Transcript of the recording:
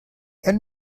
end